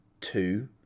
two